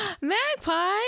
Magpie